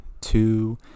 two